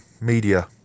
media